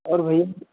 और भैया